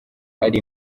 ari